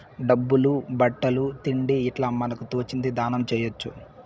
డబ్బులు బట్టలు తిండి ఇట్లా మనకు తోచింది దానం చేయొచ్చు